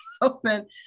open